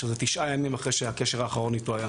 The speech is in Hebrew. שזה תשעה ימים אחרי שהקשר האחרון היה איתו.